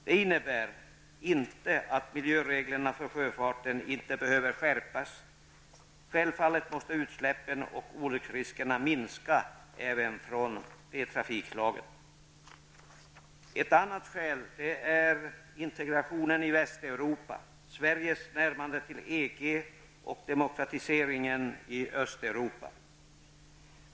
Det innebär inte att miljöreglerna för sjöfarten inte behöver skärpas. Självfallet måste utsläppen och olycksriskerna minska även från det trafikslaget. Ett annat skäl är integrationen i Västeuropa, Östeuropa.